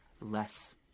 less